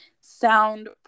sound